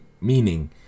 meaning